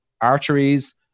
arteries